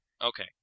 Okay